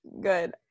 good